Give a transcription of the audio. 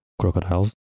crocodiles